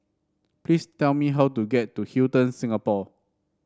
please tell me how to get to Hilton Singapore